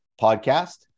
podcast